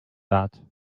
that